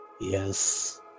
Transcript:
Yes